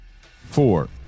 four